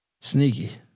Sneaky